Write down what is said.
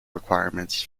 requirements